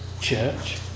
church